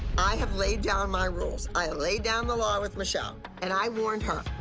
i have laid down my rules. i laid down the law with michelle. and i warned her.